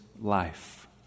life